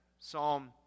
Psalm